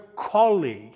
colleague